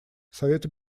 совету